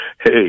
Hey